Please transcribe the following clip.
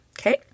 okay